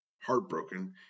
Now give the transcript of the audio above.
heartbroken